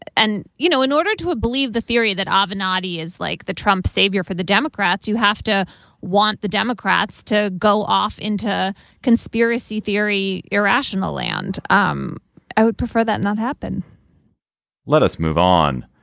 and you know in order to believe the theory that ivan audie is like the trump savior for the democrats you have to want the democrats to go off into conspiracy theory irrational land. um i would prefer that not happen let us move on.